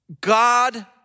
God